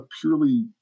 purely